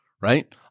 right